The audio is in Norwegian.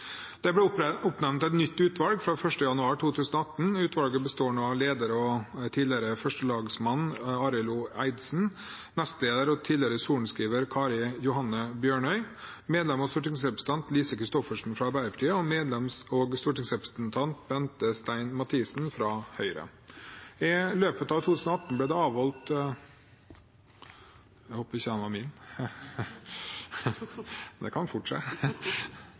Det ble oppnevnt et nytt utvalg fra 1. januar 2018. Utvalget består nå av leder og tidligere førstelagmann Arild O. Eidesen, nestleder og sorenskriver Kari Johanne Bjørnøy, medlem og stortingsrepresentant Lise Christoffersen fra Arbeiderpartiet og medlem og stortingsrepresentant Bente Stein Mathisen fra Høyre. I løpet av 2018 ble det avholdt